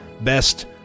best